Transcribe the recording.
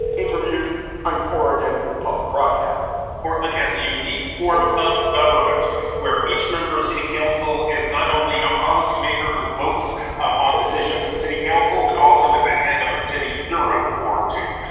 interviewed on oregon public broadcasting portland has a unique form of government where each member of city council is not only a policymaker who votes um on decisions and city council, but also is a head of a city bureau or two.